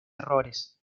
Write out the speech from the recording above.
errores